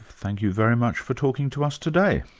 thank you very much for talking to us today.